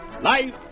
Life